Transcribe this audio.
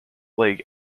lake